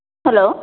hello